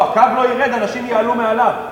הקו לא ירד, אנשים יעלו מעליו.